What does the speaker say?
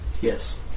Yes